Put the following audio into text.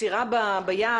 המסירה ביד,